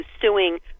suing